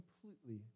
completely